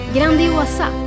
Grandiosa